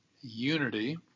unity